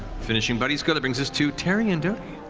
finishing buddy's go, that brings us to tary and